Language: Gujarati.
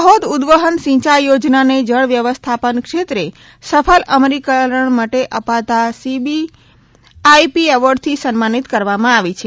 ઉદવહન સિંચાઈ દાહોદ ઉદવહન સિંચાઈ યોજનાને જળ વ્યવસ્થાપન ક્ષેત્રે સફળ અમલીકરણ માટે અપાતાં સીબીઆઈપી એવોર્ડથી સન્માનીત કરવામાં આવી છે